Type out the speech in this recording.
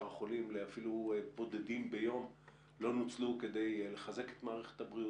החולים אפילו לבודדים ביום לא נוצלו כדי לחזק את מערכת הבריאות,